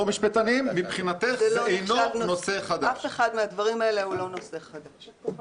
אני רוצה להתייחס לשאלה אם מדובר בנושא חדש או לא.